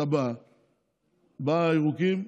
באים הירוקים,